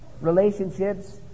Relationships